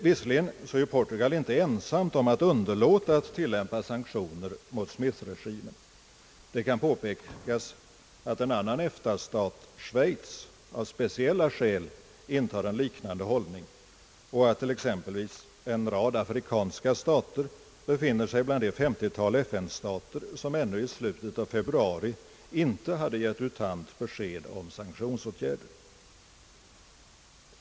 Visserligen är Portugal inte ensamt om att underlåta att tillämpa sanktioner mot Smithregimen — det kan påpekas att en annan EFTA-stat, Schweiz, av speciella skäl intar en liknande hållning, och att en rad afrikanska stater befinner sig bland det 50-tal FN-stater, som ännu i slutet av februari inte hade givit U Thant besked om sanktionsåtgärder.